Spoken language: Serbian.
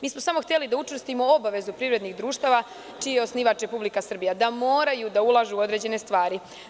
Mi smo samo hteli da učvrstimo obavezu privrednih društava čiji je osnivač Republika Srbija, da moraju da ulažuu određene stvari.